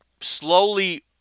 slowly